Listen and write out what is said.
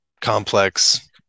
Complex